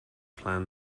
plan